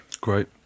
Great